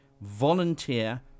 volunteer